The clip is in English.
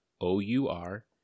O-U-R